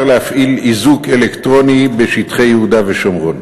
להפעיל איזוק אלקטרוני בשטחי יהודה ושומרון.